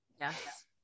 Yes